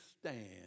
stand